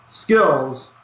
skills